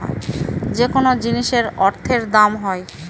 যেকোনো জিনিসের অর্থের দাম হয়